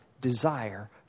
desire